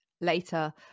later